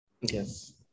yes